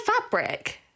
fabric